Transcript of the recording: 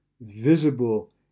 visible